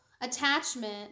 attachment